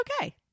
okay